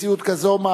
במציאות כזאת,